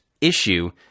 issue